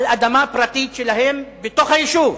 על אדמה פרטית שלהם בתוך היישוב.